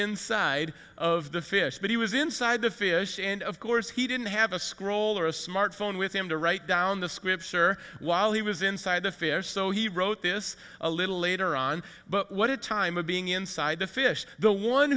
inside of the fish but he was inside the fish and of course he didn't have a scroll or a smartphone with him to write down the scripture while he was inside the fish so he wrote this a little later on but what a time of being inside the fish the one